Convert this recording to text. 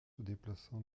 déplaçant